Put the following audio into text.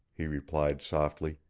he replied softly.